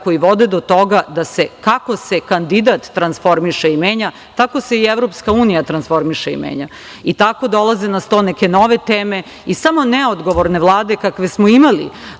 koji vode do toga da se kako se kandidat transformiše i menja, tako se i EU transformiše i menja i tako dolaze na sto neke nove teme .Samo neodgovorne Vlade kakve smo imali